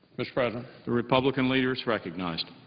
mr. president? the republican leader is recognized.